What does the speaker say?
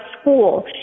school